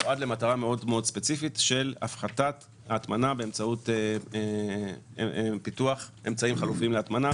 נועד להפחתת הטמנה באמצעות פיתוח אמצעים חלופיים להטמנה,